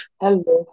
hello